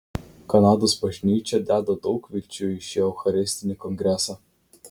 kanados bažnyčia deda daug vilčių į šį eucharistinį kongresą